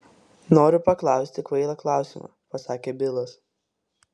noriu paklausti kvailą klausimą pasakė bilas